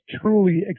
truly